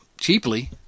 cheaply